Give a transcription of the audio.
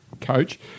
coach